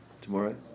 Tomorrow